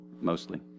Mostly